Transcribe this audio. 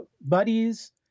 buddies